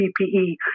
PPE